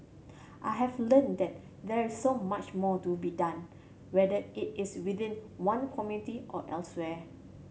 I have learnt that there is so much more to be done whether it is within one community or elsewhere